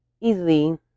easily